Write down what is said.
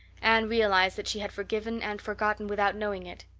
anne realized that she had forgiven and forgotten without knowing it.